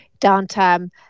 downtime